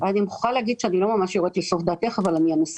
אני מוכרחה להגיד אני לא ממש יורדת לסוף דעתך אבל אני אנסה.